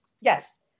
Yes